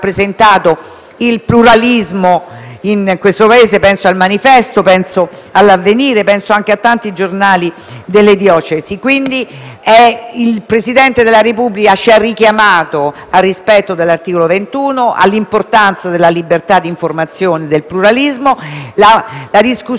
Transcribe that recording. Il Presidente della Repubblica ci ha richiamato al rispetto dell'articolo 21 e all'importanza della libertà di informazione e del pluralismo: